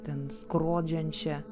ten skrodžiančią